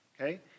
okay